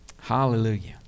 hallelujah